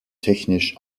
technisch